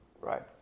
Right